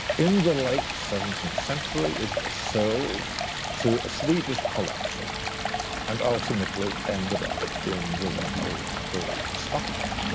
in the late seventeenth century it was sold to a swedish collector and ultimately ended up in the royal library in stockholm.